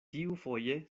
tiufoje